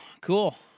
cool